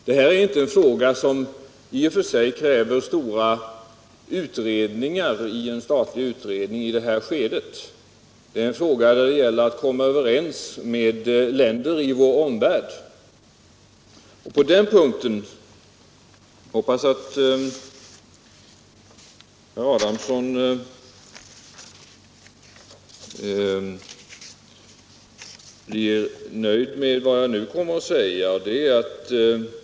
Det är inte en fråga som kräver stora statliga utredningar i det här skedet, det är en fråga där det gäller att komma överens med länder i vår omvärld. Jag hoppas att herr Adamsson blir nöjd med vad jag nu kommer att säga.